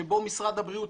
שבו משרד הבריאות,